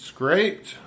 Scraped